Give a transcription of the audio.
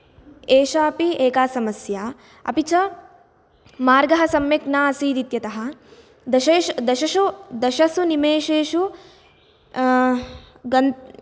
एषा अपि एका समस्या अपि च मार्गः सम्यक् न आसीत् इत्यतः दशेषु दशशु दशसु निमेषेषु गन्